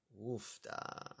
Woofda